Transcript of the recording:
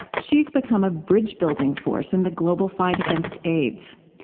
she's become a bridge-building force in the global fight against aids.